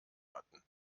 hatten